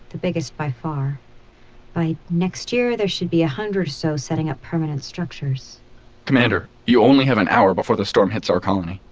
the biggest by far by next year there should be a hundred or so setting up permanent structures commander, you only have an hour before the storm hits our colony.